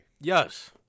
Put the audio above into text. Yes